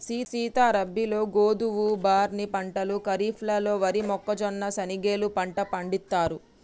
సీత రబీలో గోధువు, బార్నీ పంటలు ఖరిఫ్లలో వరి, మొక్కజొన్న, శనిగెలు పంట పండిత్తారు